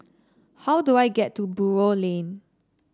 how do I get to Buroh Lane